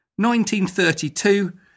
1932